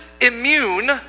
immune